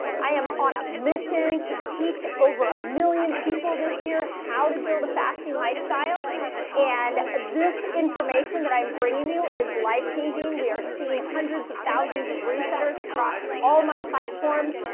i am on a mission to teach over a million people this year, how to build a fasting lifestyle and this information that i am bringing you is life changing. we are seeing hundreds of thousands of resetters across all my platforms,